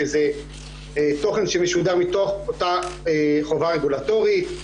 שזה תוכן שמשודר מתוך אותה חובה רגולטורית.